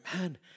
man